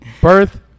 birth